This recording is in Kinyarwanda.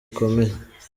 bikomeye